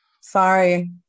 Sorry